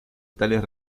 tales